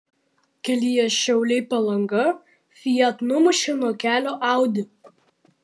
kelyje šiauliai palanga fiat numušė nuo kelio audi